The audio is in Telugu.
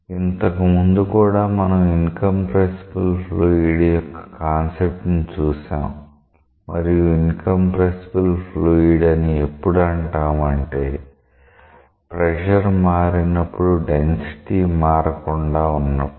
ఇంతకుముందు కూడా మనం ఇన్కంప్రెసిబుల్ ఫ్లూయిడ్ యొక్క కాన్సెప్ట్ ని చూశాం మరియు ఇన్కంప్రెసిబుల్ ఫ్లూయిడ్ అని ఎప్పుడు అంటాము అంటే ప్రెషర్ మారినప్పుడు డెన్సిటీ మారకుండా ఉన్నప్పుడు